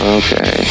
okay